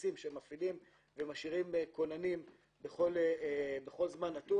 הבסיסים שמפעילים ומשאירים כוננים בכל זמן נתון.